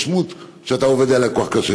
ההתגשמות של החלום שאתה עובד עליו כל כך קשה.